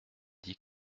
dit